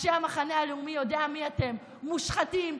אנשי המחנה הלאומי יודעים מי אתם: מושחתים,